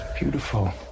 beautiful